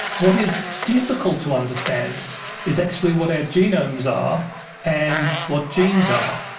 what is difficult to understand is actually what our genomes are and what genes are.